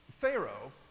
Pharaoh